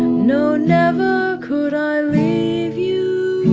no, never could i leave you